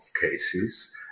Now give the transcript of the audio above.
cases